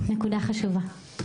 נקודה חשובה.